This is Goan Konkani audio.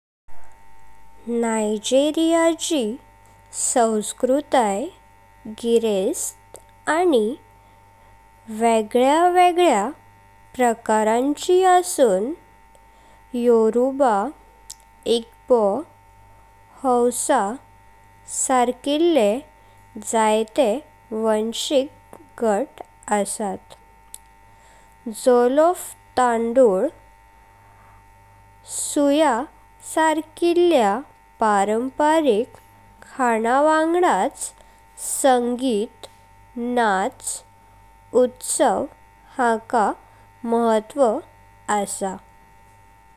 नायजेरियाची संस्कृती गिरेस्थ आणि वेगल्या वेगल्या प्रकारचां अस्पुन योरुबा, इग्बो, हौसा सारकिल्ले जातीय वंशिक गट असा। जॉलॉफ तांदुळ, सुईया सारकिल्या पारंपरिक खानव्यांगा संगीत, नाच, उत्सव हाका म्हाताव असा।